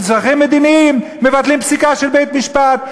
צרכים מדיניים מבטלים פסיקה של בית-משפט.